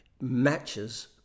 matches